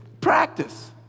Practice